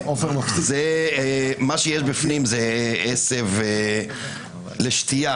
מה שיש בפנים זה עשב לשתייה,